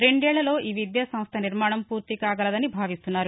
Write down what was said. రెండేళ్ళలో ఈ విద్యాసంస్ట నిర్మాణం పూర్తికాగలదని భావిస్తున్నారు